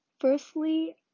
Firstly